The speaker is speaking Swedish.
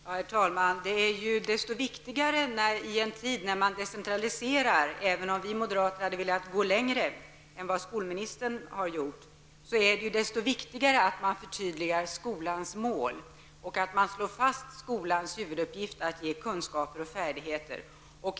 Herr talman! I en tid av decentralisering -- vi moderater hade dock i fråga om denna velat gå längre än vad skolministern har gjort -- är det desto viktigare att man förtydligar skolans mål och att man slår fast att skolans huvuduppgift är att ge kunskaper och färdigheter.